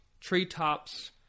treetops